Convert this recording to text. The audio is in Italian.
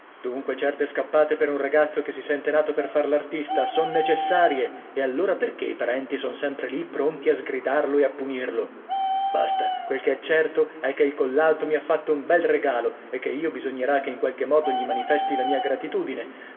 dunque certe scappate per un ragazzo che si sente nato per far l'artista son necessarie e allora perché i parenti son sempre lì pronti a sgridarlo e a punirlo basta quel che è certo è che il collalto mi ha fatto un bel regalo e che io bisognerà che in qualche modo gli manifesti la mia gratitudine